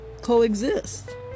coexist